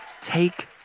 take